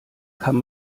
kann